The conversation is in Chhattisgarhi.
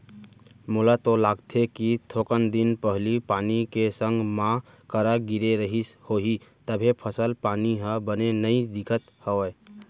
मोला तो लागथे कि थोकन दिन पहिली पानी के संग मा करा गिरे रहिस होही तभे फसल पानी ह बने नइ दिखत हवय